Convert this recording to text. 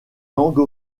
langue